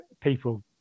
people